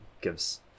gives